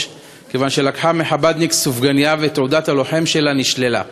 כיוון שלקחה מחב"דניק סופגנייה ותעודת הלוחם שלה נשללה.